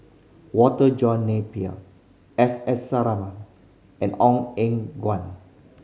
Walter John Napier S S Sarama and Ong Eng Guan